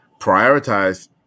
Prioritize